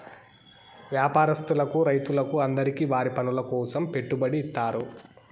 వ్యాపారస్తులకు రైతులకు అందరికీ వారి పనుల కోసం పెట్టుబడి ఇత్తారు